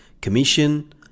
commission